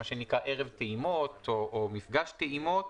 מה שנקרא ערב טעימות או מפגש טעימות,